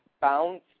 Bounce